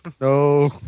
No